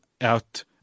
out